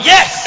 Yes